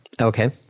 Okay